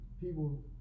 people